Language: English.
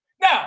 Now